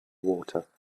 water